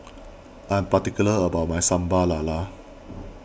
I am particular about my Sambal Lala